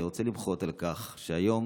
אני רוצה למחות על כך שהיום,